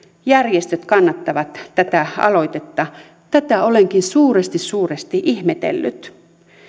järjestöt kannattavat tätä aloitetta tätä olenkin suuresti suuresti ihmetellyt